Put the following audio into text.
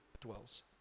dwells